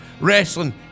wrestling